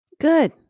Good